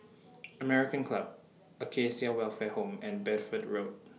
American Club Acacia Welfare Home and Bedford Road